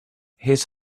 his